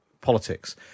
politics –